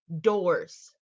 doors